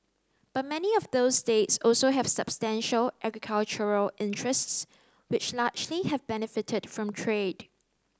but many of those states also have substantial agricultural interests which largely have benefited from trade